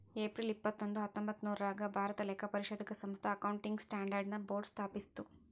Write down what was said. April ಇಪ್ಪತ್ತೊಂದು ಹತ್ತೊಂಭತ್ತ್ನೂರಾಗ್ ಭಾರತಾ ಲೆಕ್ಕಪರಿಶೋಧಕ ಸಂಸ್ಥಾ ಅಕೌಂಟಿಂಗ್ ಸ್ಟ್ಯಾಂಡರ್ಡ್ ನ ಬೋರ್ಡ್ ಸ್ಥಾಪಿಸ್ತು